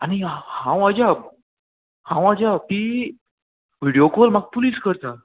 आनी हांव अजाप हांव अजाप की विडियो कॉल म्हाका पुलीस करता